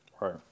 Right